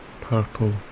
purple